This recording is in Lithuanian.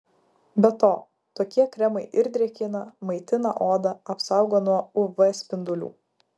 be to tokie kremai ir drėkina maitina odą apsaugo nuo uv spindulių